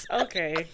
Okay